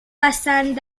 passant